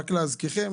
רק להזכירכם